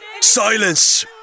Silence